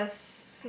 well the